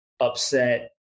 upset